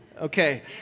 Okay